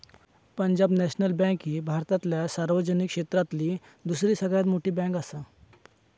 Punjab national bank ही भारतातल्या सार्वजनिक क्षेत्रातली दुसरी सगळ्यात मोठी बँकआसा